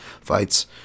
fights